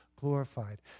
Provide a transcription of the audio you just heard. glorified